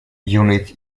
unit